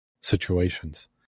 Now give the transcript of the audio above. situations